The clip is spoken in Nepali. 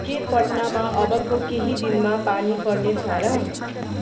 के पटनामा अबको केही दिनमा पानी पर्ने छ र